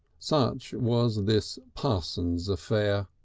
such was this parsons affair.